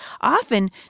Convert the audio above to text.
Often